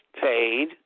paid